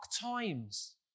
times